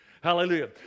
Hallelujah